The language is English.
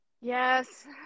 Yes